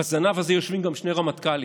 בזנב הזה יושבים גם שני רמטכ"לים.